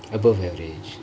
above average